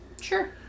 Sure